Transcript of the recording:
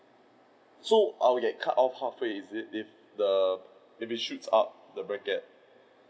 so I will get cut off halfway is it if the~ if it shoots up the bracket